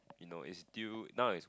you know it's due now is